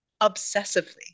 obsessively